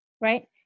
right